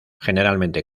generalmente